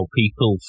people